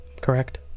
correct